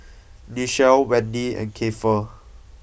Nichelle Wendy and Kiefer